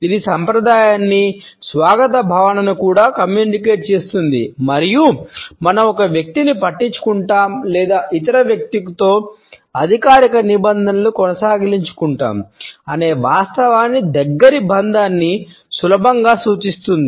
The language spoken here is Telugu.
ఇది సంప్రదాయాన్ని స్వాగత భావనను కూడా కమ్యూనికేట్ చేస్తుంది మరియు మనం ఒక వ్యక్తిని పట్టించుకుంటాం లేదా ఇతర వ్యక్తితో అధికారిక నిబంధనలను కొనసాగించాలనుకుంటున్నాము అనే వాస్తవాన్ని దగ్గరి బంధాన్ని సులభంగా సూచిస్తుంది